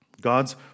God's